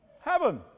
Heaven